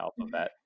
alphabet